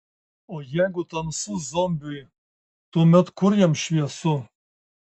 o jeigu tamsu zombiui tuomet kur jam šviesu